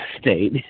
state